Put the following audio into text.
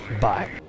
bye